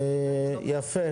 יפה.